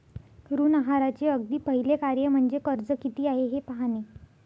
ऋण आहाराचे अगदी पहिले कार्य म्हणजे कर्ज किती आहे हे पाहणे